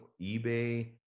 eBay